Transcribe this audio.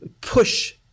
push